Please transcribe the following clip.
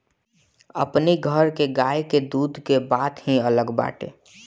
अपनी घर के गाई के दूध के बात ही अलग बाटे